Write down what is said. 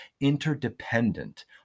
interdependent